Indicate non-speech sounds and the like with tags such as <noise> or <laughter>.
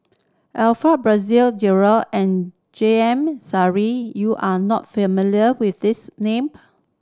Alfred Frisby <unintelligible> and J M Sali you are not familiar with these name